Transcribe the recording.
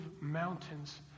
mountains